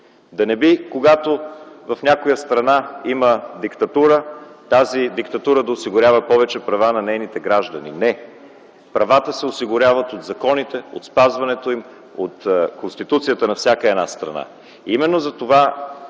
Да не би когато в някоя страна има диктатура, тази диктатура да осигурява повече права на нейните граждани? Не! Правата се осигуряват от законите, от спазването им, от конституцията на всяка една страна.